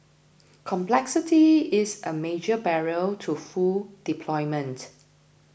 complexity is a major barrier to full deployment